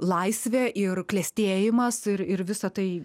laisvė ir klestėjimas ir ir visa tai